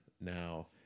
now